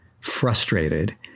frustrated